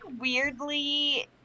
weirdly